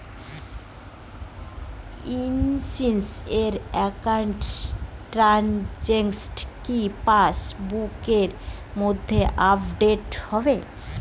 UCO account transaction কি পাস বুকের মধ্যে আপডেট হবে?